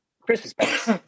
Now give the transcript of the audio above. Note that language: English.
Christmas